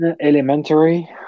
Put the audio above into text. elementary